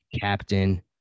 Captain